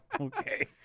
Okay